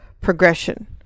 progression